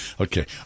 Okay